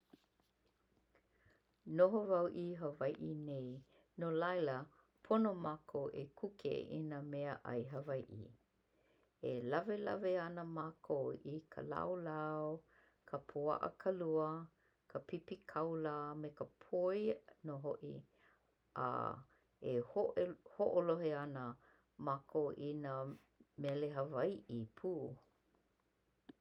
Noho wau i Hawai'i nei no laila pono mākou e kuke i nā mea 'ai Hawai'i. E lawelawe ana mākou i ka laulau, ka pua'a kalua, ka pipi kaula, me ka poi no ho'i a e ho'olohe ana mākou i nā mele Hawai'i pū.